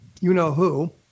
you-know-who